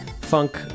funk